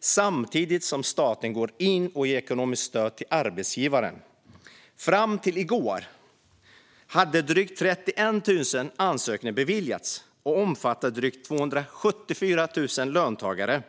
samtidigt som staten går in och ger ekonomiskt stöd till arbetsgivaren. Fram till i går hade drygt 31 000 ansökningar beviljats. Drygt 274 000 löntagare omfattas.